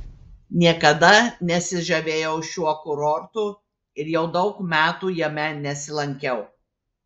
niekada nesižavėjau šiuo kurortu ir jau daug metų jame nesilankiau